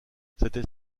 cette